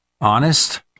honest